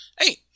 Hey